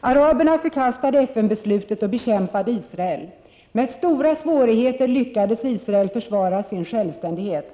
Araberna förkastade FN-beslutet och bekämpade Israel. Med stora svårigheter lyckades Israel försvara sin självständighet.